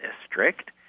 District